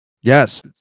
Yes